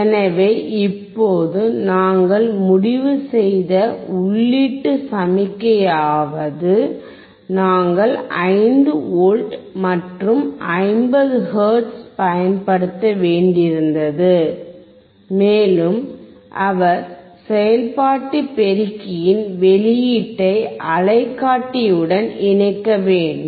எனவே இப்போது நாங்கள் முடிவு செய்த உள்ளீட்டு சமிக்ஞையாவது நாங்கள் 5 வி மற்றும் 50 ஹெர்ட்ஸைப் பயன்படுத்த வேண்டியிருந்தது மேலும் அவர் செயல்பாட்டு பெருக்கியின் வெளியீட்டை அலைக்காட்டியுடன் இணைக்க வேண்டும்